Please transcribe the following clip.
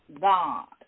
God